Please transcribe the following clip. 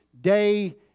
day